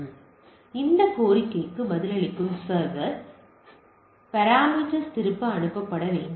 எனவே இந்த கோரிக்கைக்கு பதிலளிக்கும் சர்வர் இந்த பேராமீட்டர் திருப்பி அனுப்ப வேண்டும்